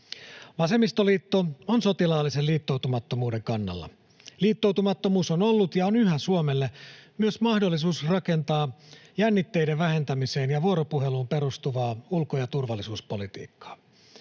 Vasemmistoliitto on sotilaallisen liittoutumattomuuden kannalla. Liittoutumattomuus on ollut ja on yhä Suomelle myös mahdollisuus rakentaa jännitteiden vähentämiseen ja vuoropuheluun perustuvaa ulko- ja turvallisuuspolitiikkaa.